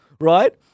right